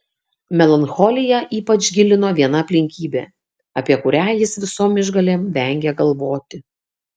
melancholiją ypač gilino viena aplinkybė apie kurią jis visom išgalėm vengė galvoti